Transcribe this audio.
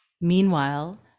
Meanwhile